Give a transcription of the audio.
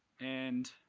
and